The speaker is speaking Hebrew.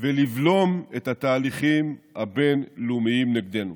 ולבלום את התהליכים הבין-לאומיים נגדנו.